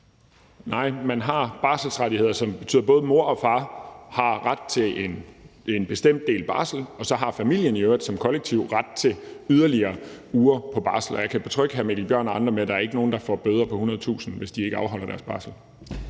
Nej, man har barselsrettigheder, som betyder, at både mor og far har ret til en bestemt del af barslen, og så har familien i øvrigt som kollektiv ret til yderligere uger på barsel. Og jeg kan betrygge hr. Mikkel Bjørn og andre med, at der ikke er nogen, der får bøder på 100.000 kr., hvis ikke de afholder deres barsel.